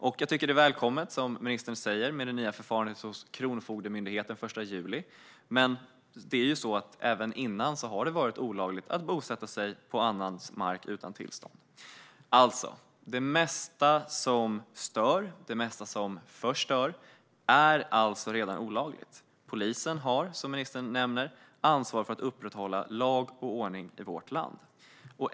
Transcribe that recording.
Det är välkommet med det, som ministern säger, nya förfarandet hos Kronofogdemyndigheten den 1 juli, men även tidigare har det varit olagligt att bosätta sig på annans mark utan tillstånd. Det mesta som stör och förstör är alltså redan olagligt. Polisen har, som ministern nämner, ansvar för att upprätthålla lag och ordning i vårt land.